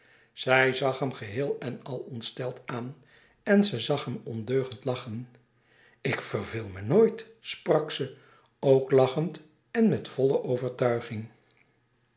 zij zag hem geheel en al ontsteld aan en ze zag hem ondeugend lachen ik verveel me nooit sprak ze ook lachend en met volle overtuiging